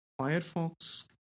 Firefox